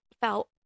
felt